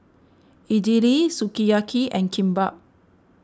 Idili Sukiyaki and Kimbap